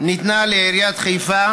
ניתנת לעיריית חיפה,